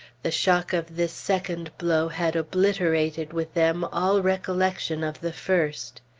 the shock of this second blow had obliterated, with them, all recollection of the first.